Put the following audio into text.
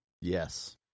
yes